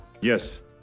Yes